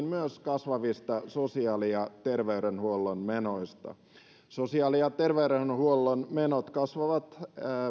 myös kasvavista sosiaali ja terveydenhuollon menoista sosiaali ja terveydenhuollon menot kasvavat